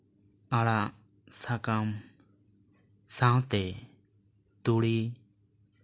ᱟᱲᱟᱜ ᱥᱟᱠᱟᱢ ᱥᱟᱶᱛᱮ ᱛᱩᱲᱤ